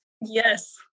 Yes